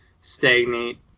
stagnate